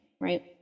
right